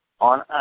on